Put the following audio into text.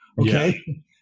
Okay